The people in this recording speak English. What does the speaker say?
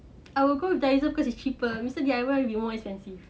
I will go daiso cause it's cheaper mister D_I_Y will be more expensive